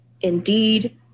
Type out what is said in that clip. indeed